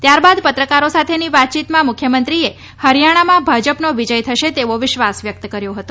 ત્યારબાદ પત્રકારો સાથેની વાતચીતમાં મુખ્યમંત્રીને હરિયાણામાં ભાજપનો વિજય થશે તેવો વિશ્વાસ વ્યક્ત કર્યો હતો